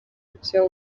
byo